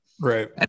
Right